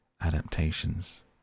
adaptations